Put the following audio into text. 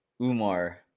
Umar